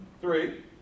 Three